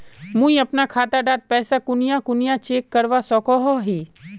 मुई अपना खाता डात पैसा कुनियाँ कुनियाँ चेक करवा सकोहो ही?